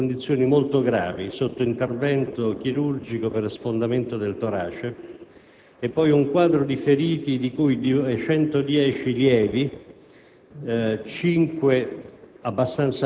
di una persona in condizioni molto gravi, sotto intervento chirurgico per sfondamento del torace, e un quadro di feriti, di cui 110 lievi,